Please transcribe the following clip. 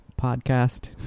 Podcast